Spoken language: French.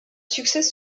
succès